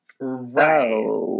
right